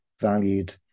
valued